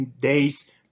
days